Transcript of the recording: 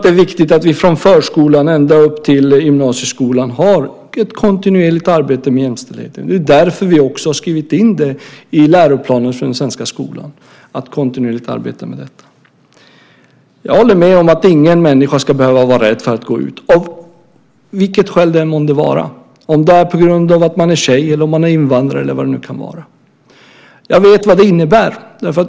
Det är viktigt att vi från förskolan ända upp till gymnasieskolan arbetar kontinuerligt med frågor om jämställdhet. Det är därför vi har skrivit in det i läroplanen för den svenska skolan. Jag håller med om att ingen människa ska behöva vara rädd för att gå ut, av vilket skäl det än månde vara - om det är på grund av att man är tjej, invandrare eller vad det kan vara. Jag vet vad det innebär.